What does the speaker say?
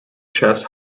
chess